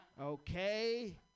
Okay